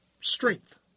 strength